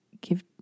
give